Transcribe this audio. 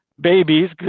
babies